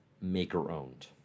maker-owned